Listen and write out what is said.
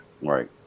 Right